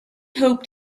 hoped